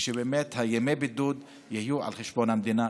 ושבאמת ימי הבידוד יהיו על חשבון המדינה.